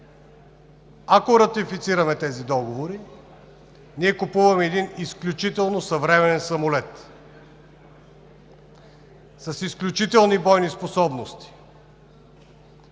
Ако ратифицираме тези договори, ние купуваме един изключително съвременен самолет с изключителни бойни способности,